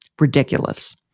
Ridiculous